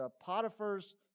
Potiphar's